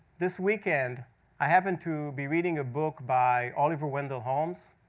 this weekend i happened to be reading a book by oliver wendell holmes,